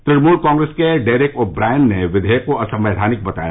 Trinamool Congress के Derek O'Brien ने विधेयक को असंवैधानिक बताया